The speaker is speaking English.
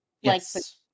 Yes